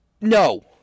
No